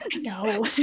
no